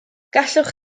gallwch